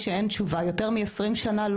כי אנחנו מבינים שאם אנחנו לא נדאג לעצמנו אף אחד